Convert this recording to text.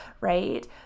right